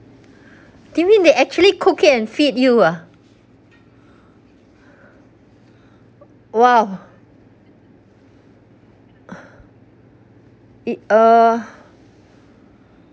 do you mean they actually cook it and feed you ah !wow! it uh